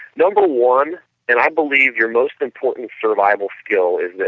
number one that i believe your most important survival skill is that